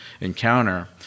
encounter